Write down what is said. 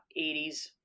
80s